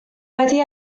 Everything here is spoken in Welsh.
wedi